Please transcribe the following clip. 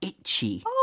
itchy